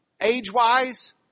age-wise